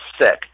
sick